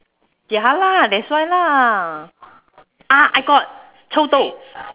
ya lah that's why lah ah I got 臭豆